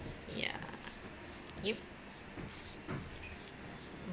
ya you